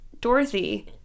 Dorothy